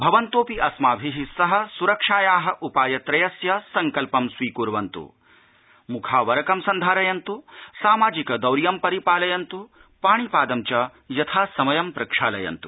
भवन्तोऽपि अस्माभि सह सुरक्षाया उपायत्रयस्य सङ्कल्पं स्वीकुर्वन्त् मुखावरकं सन्धारयन्तु सामाजिकदौर्यं परिपालयन्तु पाणिपादं च यथासमयं प्रक्षालयन्तु